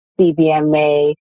CBMA